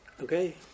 okay